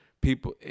people